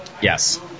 Yes